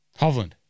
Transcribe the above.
Hovland